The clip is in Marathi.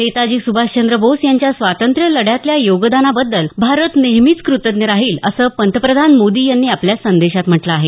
नेताजी सुभाषचंद्र बोस यांच्या स्वातंत्र्य लढ्यातल्या योगदानाबद्दल भारत नेहमीच कृतज्ञ राहील असं पंतप्रधान मोदी यांनी आपल्या संदेशात म्हटलं आहे